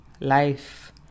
life